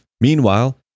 Meanwhile